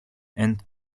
and